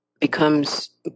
becomes